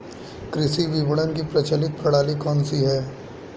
कृषि विपणन की प्रचलित प्रणाली कौन सी है?